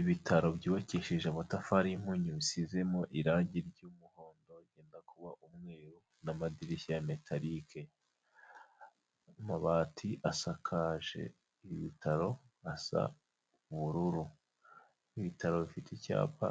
Ibitaro by'ubakishije amatafari' impunyu bisizemo irangi ry'umuhondo yenda kuba umweru n'amadirishya ya metarike, amabati asakaje ibitaro asa ubururu n'ibitaro bifite icyapa